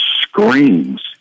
screams